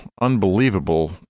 unbelievable